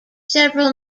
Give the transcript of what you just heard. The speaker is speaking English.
several